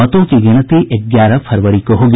मतों की गिनती ग्यारह फरवरी को होगी